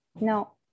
No